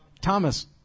Thomas